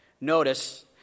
notice